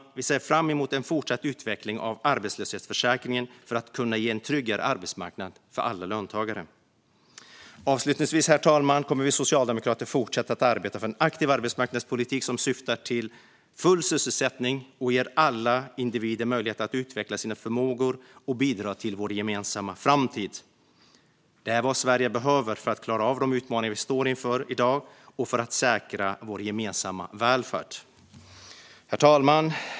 Vi ser fram emot en fortsatt utveckling av arbetslöshetsförsäkringen för att kunna ge en tryggare arbetsmarknad för alla löntagare. Avslutningsvis, herr talman: Vi socialdemokrater kommer att fortsätta att arbeta för en aktiv arbetsmarknadspolitik som syftar till full sysselsättning och ger alla individer möjlighet att utveckla sina förmågor och bidra till vår gemensamma framtid. Det är vad Sverige behöver för att klara av de utmaningar vi står inför i dag och för att säkra vår gemensamma välfärd. Herr talman!